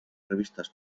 revistas